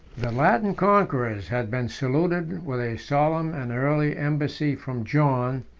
the latin conquerors had been saluted with a solemn and early embassy from john,